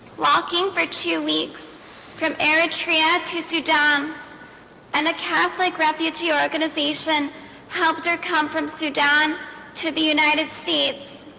walking for two weeks from eritrea to sudan and the catholic refugee organization helped her come from sudan to the united states